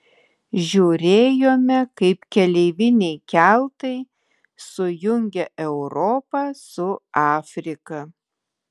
žiūrėjome kaip keleiviniai keltai sujungia europą su afrika